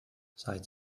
seit